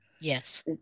yes